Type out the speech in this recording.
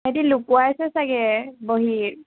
তেহেঁতি লুকুৱাইছে চাগৈ বহী